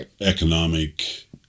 economic